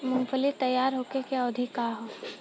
मूँगफली तैयार होखे के अवधि का वा?